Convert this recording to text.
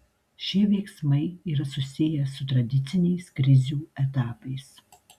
šie veiksmai yra susiję su tradiciniais krizių etapais